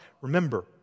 remember